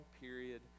period